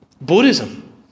Buddhism